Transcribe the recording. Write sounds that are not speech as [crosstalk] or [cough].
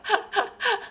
[laughs]